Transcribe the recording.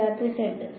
വിദ്യാർത്ഥി Z